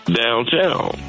downtown